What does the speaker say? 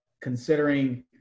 considering